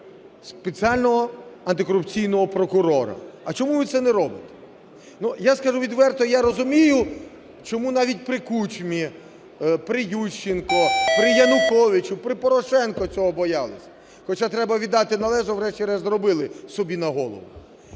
спеціального антикорупційного прокурора. А чому ви це не робите? Ну, я скажу відверто, я розумію, чому навіть при Кучмі, при Ющенко, при Януковичі, при Порошенко цього боялися, хоча треба віддати належне, врешті-решт зробили собі на голову.